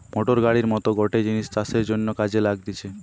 motor গাড়ির মত গটে জিনিস চাষের জন্যে কাজে লাগতিছে